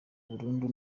burundu